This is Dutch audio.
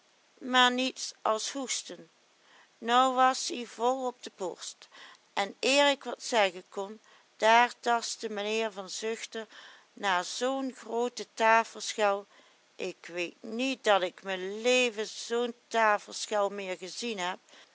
maar niets as hoesten nou was ie vol op de borst en eer ik wat zeggen kon daar tastte menheer van zuchter na zoo'n groote tafelschel ik weet niet dat ik me leven zoo'n tafelschel meer gezien heb